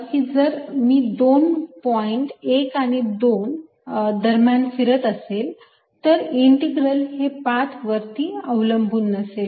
dl0 जर मी दोन पॉईंट 1 आणि 2 दरम्यान फिरत असेल तर इंटीग्रल हे वरती पाथ अवलंबून नसेल